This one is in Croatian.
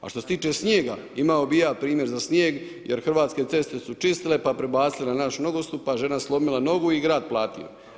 A što se tiče snijega, imao bi i ja primjer za snijeg, jer Hrvatske ceste su čistile pa prebacile na naš nogostup, pa žena slomila nogu i grad platio.